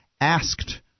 asked